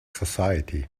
society